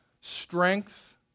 strength